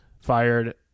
fired